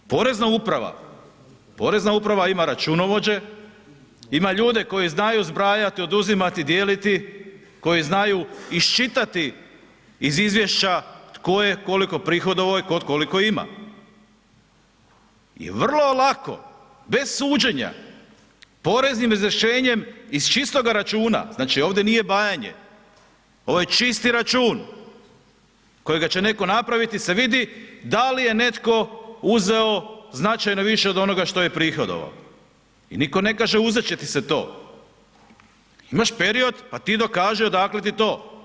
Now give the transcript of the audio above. Porezna uprava, porezna uprava ima računovođe, ima ljude koji znaju zbrajati, oduzimati i dijeliti, koji znaju isčitati iz izvješća tko je koliko uprihodovao i tko koliko ima i vrlo lako, bez suđenja, poreznim rješenjem iz čistoga računa, znači ovdje nije bajanje, ovo je čisti račun kojega će netko napraviti da se vidi da li je netko uzeo značajno više od onoga što je uprihodovao i nitko ne kaže uzet će ti se to, imaš period, pa ti dokaži odakle ti to.